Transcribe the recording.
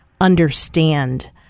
understand